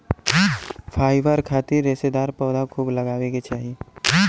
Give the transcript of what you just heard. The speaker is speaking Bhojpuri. फाइबर खातिर रेशेदार पौधा खूब लगावे के चाही